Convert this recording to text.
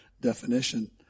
definition